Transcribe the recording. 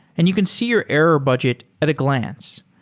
and you can see your error budget at a glance.